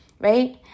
right